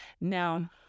Now